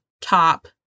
top